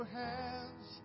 hands